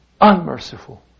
unmerciful